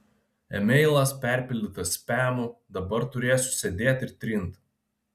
emailas perpildytas spamu dabar turėsiu sėdėt ir trint